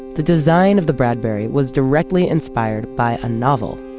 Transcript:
the design of the bradbury was directly inspired by a novel,